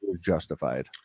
justified